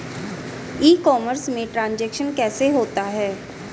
ई commerce में transaction कैसे होता है?